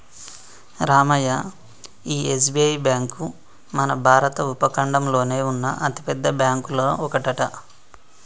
రామయ్య ఈ SBI bank మన భారత ఉపఖండంలోనే ఉన్న అతిపెద్ద బ్యాంకులో ఒకటట